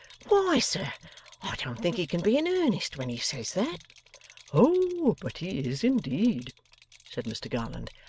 why, sir, i don't think he can be in earnest when he says that oh! but he is indeed said mr garland.